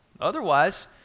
Otherwise